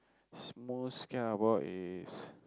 most scared about is